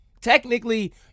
Technically